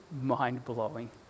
mind-blowing